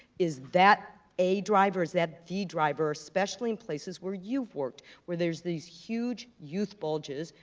is that a driver? is that the driver, especially in places where you've worked, where there's these huge youth bulges,